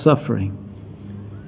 suffering